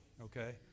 Okay